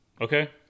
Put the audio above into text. Okay